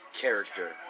character